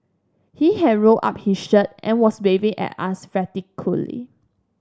he had rolled up his shirt and was waving at us frantically